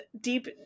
deep